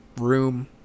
room